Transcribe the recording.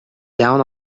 down